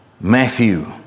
Matthew